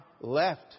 left